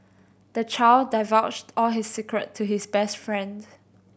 the child divulged all his secret to his best friend